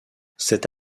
cette